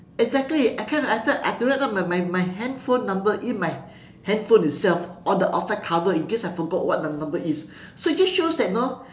exactly I can't even accept I have to write up my my my handphone number in my handphone itself on the outside cover in case I forgot what the number is so it just shows that you know